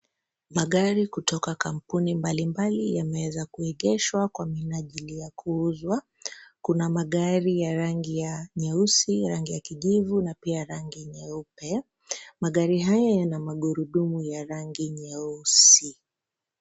Magari kutoka kampuni mbalimbali yameweza kuegeshwa kwa minajili ya kuuzwa, kuna magari ya rangi ya nyeusi, rangi ya kijivu na pia rangi nyeupe, magari haya yana magurudumu ya rangi nyeusi.